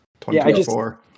2024